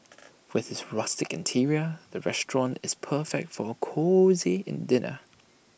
with its rustic interior the restaurant is perfect for A cosy in dinner